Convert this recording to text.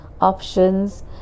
options